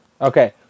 Okay